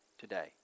today